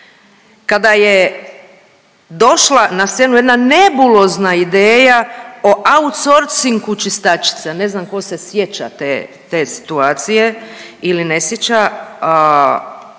kada je došla na scenu jedna nebulozna ideja o outsorsingu čistačica, ne znam ko se sjeća te, te situacije ili ne sjeća,